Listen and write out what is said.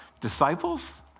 Disciples